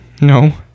No